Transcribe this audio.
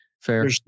fair